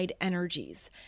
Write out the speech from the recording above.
energies